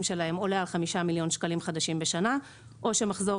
שלהם עולה על חמישה מיליון שקלים חדשים בשנה או שמחזור